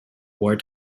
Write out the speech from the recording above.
war